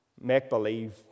make-believe